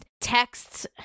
texts